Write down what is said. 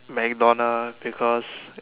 MacDonald because